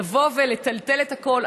לבוא ולטלטל את הכול.